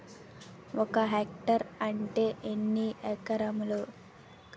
ఒక హెక్టార్ అంటే ఎన్ని ఏకరములు?